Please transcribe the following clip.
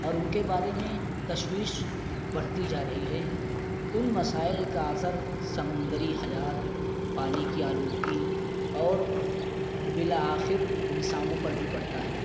اور ان کے بارے میں تشویش بڑھتی جا رہی ہے ان مسائل کا اثر سمندری حیات پانی کی آلودگی اور بالآخر انسانوں پر بھی پڑتا ہے